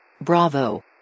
Bravo